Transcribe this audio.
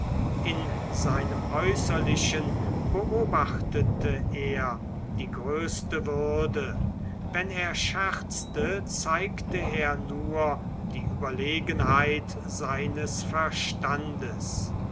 in seinem äußerlichen beobachtete er die größte würde wenn er scherzte zeigte er nur die überlegenheit seines verstandes